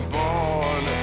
born